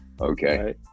okay